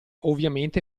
ovviamente